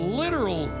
literal